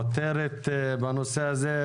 העותרת בנושא הזה,